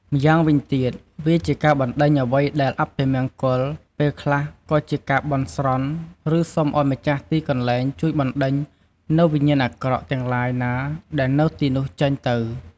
ម្យ៉ាងវិញទៀត វាជាការបណ្ដេញអ្វីដែលអពមង្គល ពេលខ្លះក៏ជាការបន់ស្រន់ ឬសុំឲ្យម្ចាស់ទីកន្លែងជួយបណ្ដេញនូវវិញ្ញាណអាក្រក់ ទាំងឡាយណាដែលនៅទីនោះចេញទៅ។